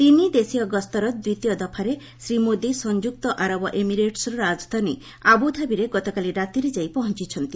ତିନି ଦେଶୀୟ ଗସ୍ତର ଦ୍ୱିତୀୟ ଦଫାରେ ଶ୍ରୀ ମୋଦି ସଂଯୁକ୍ତ ଆରବ ଏମିରେଟ୍ସର ରାଜଧାନୀ ଆବୁଧାବୀରେ ଗତକାଲି ରାତିରେ ଯାଇ ପହଞ୍ଚୁଛନ୍ତି